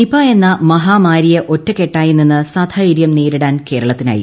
നിപയെന്ന മഹാമാരിയെ ഒറ്റക്കെട്ടായി നിന്ന് സധൈര്യം നേരിടാൻ കേരളത്തിനായി